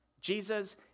Jesus